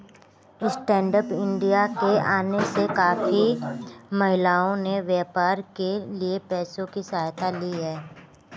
stand up India के आने से काफी महिलाओं ने व्यापार के लिए पैसों की सहायता ली है